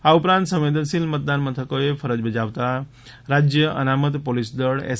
આ ઉપરાંત સંવેદનશીલ મતદાન મથકોએ ફરજ બજાવવા રાજ્ય અનામત પોલીસદળ એસ